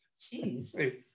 Jeez